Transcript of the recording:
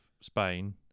Spain